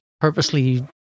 purposely